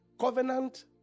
Covenant